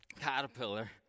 caterpillar